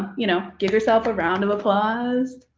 you know give yourself a round of applause.